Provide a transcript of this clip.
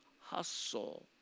hustle